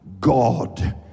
God